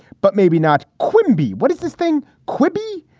but maybe not. couldn't be. what is this thing? quippy.